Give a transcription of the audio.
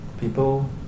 people